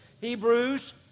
Hebrews